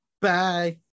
Bye